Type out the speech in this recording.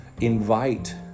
invite